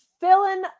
filling